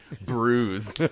bruise